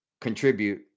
contribute